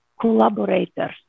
collaborators